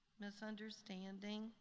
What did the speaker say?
Misunderstanding